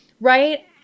right